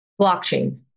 Blockchain